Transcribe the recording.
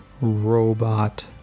robot